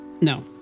No